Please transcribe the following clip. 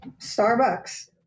Starbucks